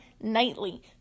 nightly